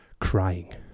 crying